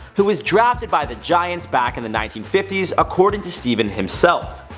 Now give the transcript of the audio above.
who was drafted by the giants back in the nineteen fifty s according to stephen himself.